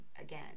again